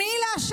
"מי לה'